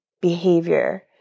behavior